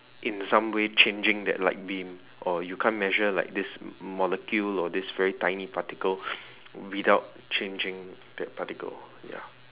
in some way changing that light beam or you can't measure like this m~ molecule or this very tiny particle without changing that particle ya